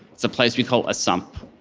it's a place we call a sump.